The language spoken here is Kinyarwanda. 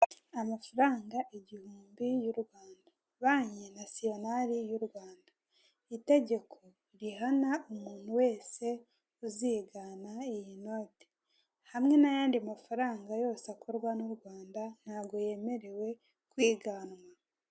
Amafaranga igihumbi y'Urwanda. Banki nasiyonari y'Urwanda. Itegeko rihana umuntu wese uzigana iyi noti, hamwe n'anyandi mafaranga yose akorwa n'Urwanda, ntago yemerewe kwiganwa.